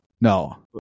No